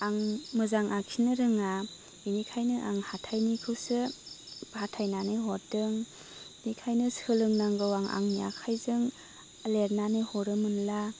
आं मोजां आखिनो रोङा बिनिखायनो आं हाथायनिखौसो फाथायनानै हददों बेखायनो सोलोंनांगौ आं आनि आखाइजों लिरनानै हरोमोनला